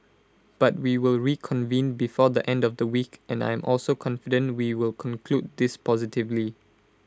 but we will reconvene before the end of the week and I am also confident we will conclude this positively